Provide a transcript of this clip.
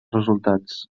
resultats